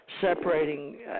separating